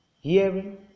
hearing